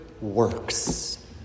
works